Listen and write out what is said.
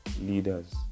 leaders